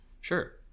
sure